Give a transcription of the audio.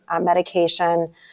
medication